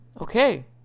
okay